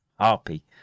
harpy